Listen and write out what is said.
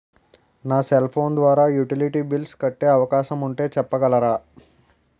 నా cell phone ద్వారా utility bills కట్టే అవకాశం ఉంటే చెప్పగలరా?